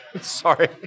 sorry